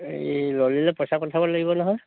এই ললিলৈ পইচা পঠাব লাগিব নহয়